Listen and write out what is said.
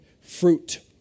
fruit